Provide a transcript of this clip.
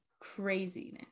craziness